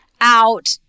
out